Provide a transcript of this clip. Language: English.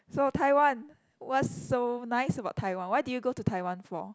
so Taiwan what's so nice about Taiwan why did you go to Taiwan for